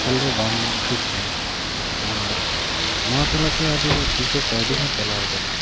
ᱠᱷᱮᱞ ᱫᱚ ᱵᱟᱝ ᱴᱷᱤᱠ ᱜᱮᱭᱟ ᱟᱨ ᱱᱚᱣᱟ ᱛᱟᱞᱛᱮ ᱟᱹᱰᱤ ᱯᱩᱭᱥᱟᱹ ᱠᱟᱹᱣᱰᱤ ᱦᱚᱸ ᱪᱟᱞᱟᱣ ᱟᱠᱟᱱᱟ